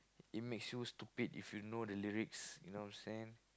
it makes you stupid if you know the lyrics you know what I'm saying